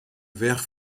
vert